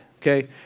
okay